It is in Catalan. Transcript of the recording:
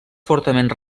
fortament